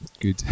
Good